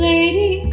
Lady